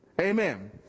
Amen